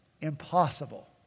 impossible